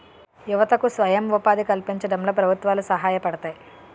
యువతకు స్వయం ఉపాధి కల్పించడంలో ప్రభుత్వాలు సహాయపడతాయి